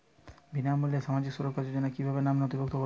বিনামূল্যে সামাজিক সুরক্ষা যোজনায় কিভাবে নামে নথিভুক্ত করবো?